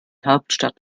hauptstadt